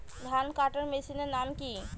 ধান কাটার মেশিনের নাম কি?